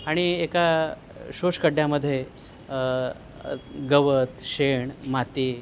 आणि एका शोषखड्ड्यामध्ये गवत शेण माती